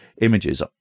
images